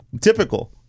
typical